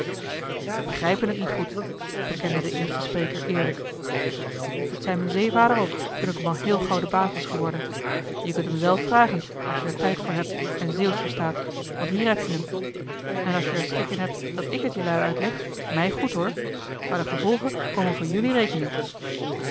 begrijpen het niet goed bekende de eerste spreker eerlijk dat zei m'n zeevader ook toen ik hem al heel gauw de baas was geworden je kunt t hem zelf joh h been paddeltje de scheepsjongen van michiel de ruijter vragen als je er tijd voor hebt en zeeuwsch verstaat want hier heb-je hem en als je er schik in hebt dat ik t jelui uitleg mij goed hoor maar de gevolgen komen voor jelui rekening